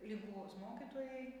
linkuvos mokytojai